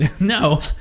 No